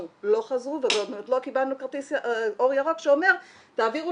לא חזרו וגם עוד לא קיבלנו אור ירוק שאומר תעבירו